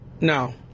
No